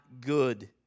good